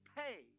pay